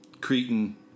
Cretan